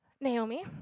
Naomi